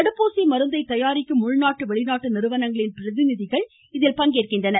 தடுப்பூசி மருந்தை தயாரிக்கும் உள்நாட்டு வெளிநாட்டு நிறுவனங்களின் பிரதிநிதிகள் இதில் பங்கேற்கின்றனர்